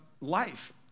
life